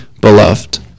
beloved